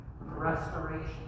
restoration